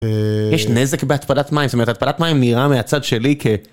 יש נזק בהתפלת מים, זאת אומרת ההתפלת מים נראה מהצד שלי כ...